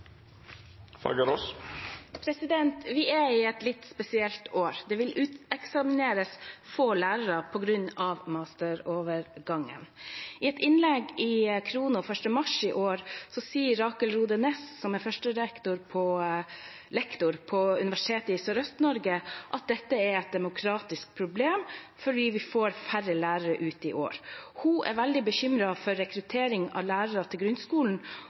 det. Vi er i et litt spesielt år. Det vil uteksamineres få lærere på grunn av masterovergangen. I et innlegg i Khrono den 1. mars i år sier Rakel Rohde Næss, som er førstelektor på Universitetet i Sørøst-Norge: «Det er et demokratisk problem at vi får færre lærere ut i år. Jeg er veldig bekymret for rekrutteringen av lærere til grunnskolen.